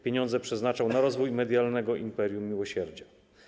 Pieniądze przeznaczał na rozwój medialnego imperium miłosierdzia.